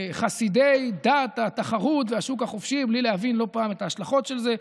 חסידי דת התחרות והשוק החופשי בלי להבין לא פעם את ההשלכות של זה.